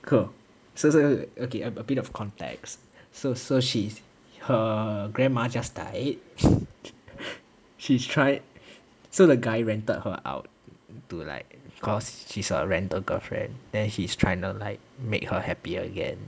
cool so so okay a bit of context so so she's her grandma just died she's trying so the guy rented her out to like cause she's a rental girlfriend then he's tryna like make her happy again